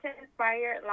inspired